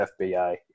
FBI